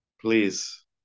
please